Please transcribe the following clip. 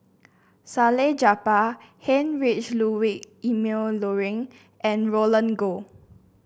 Salleh Japar Heinrich Ludwig Emil Luering and Roland Goh